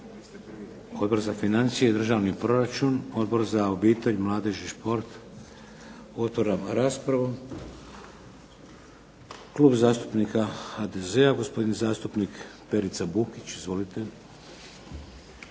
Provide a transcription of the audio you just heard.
Odbor za financije i državni proračun? Odbor za obitelj, mladež i šport? Otvaram raspravu. Klub zastupnika HDZ-a, gospodin zastupnik Perica Bukić. Izvolite.